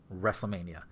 WrestleMania